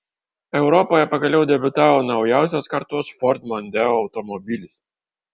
europoje pagaliau debiutavo naujausios kartos ford mondeo automobilis